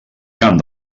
camp